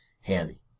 handy